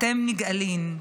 אתם נגאלין,